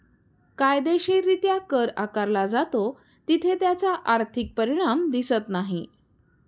कायदेशीररित्या कर आकारला जातो तिथे त्याचा आर्थिक परिणाम दिसत नाही